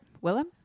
Willem